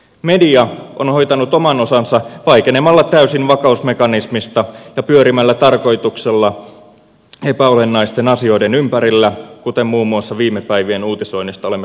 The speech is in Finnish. media on hoitanut oman osansa vaikenemalla täysin vakausmekanismista ja pyörimällä tarkoituksella epäolennaisten asioiden ympärillä kuten muun muassa viime päivien uutisoinnista olemme saaneet huomata